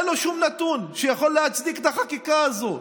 אין לו שום נתון שיכול להצדיק את החקיקה הזו,